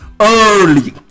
early